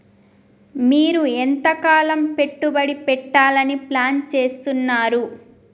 మీరు ఎంతకాలం పెట్టుబడి పెట్టాలని ప్లాన్ చేస్తున్నారు?